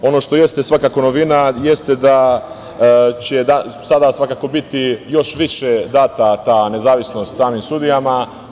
Ono što jeste svakako novina, jeste da će sada svakako biti još više data ta nezavisnost stranim sudijama.